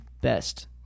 best